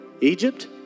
Egypt